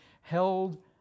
held